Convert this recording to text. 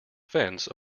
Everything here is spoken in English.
fence